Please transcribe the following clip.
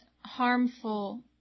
harmful